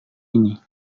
ini